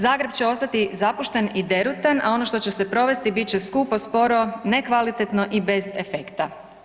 Zagreb će ostati zapušten i derutan a ono što će se provesti, bit će skupo, sporo, nekvalitetno i bez efekta.